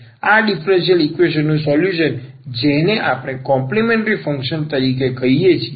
આ differential equation નું solution જેને આપણે કોમ્પલિમેન્ટ્રી ફંક્શન તરીકે કહીએ છીએ